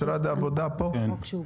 משרד העבודה פה?